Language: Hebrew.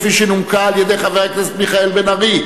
שנומקה על-ידי חבר הכנסת מיכאל בן-ארי,